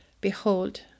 behold